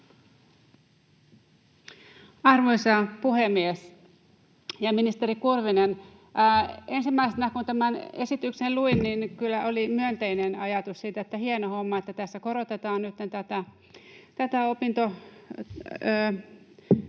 Arvoisa puhemies ja ministeri Kurvinen! Ensimmäisenä, kun tämän esityksen luin, kyllä oli myönteinen ajatus siitä, että hieno homma, että tässä korotetaan nytten tätä